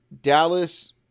Dallas